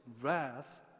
wrath